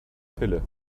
pille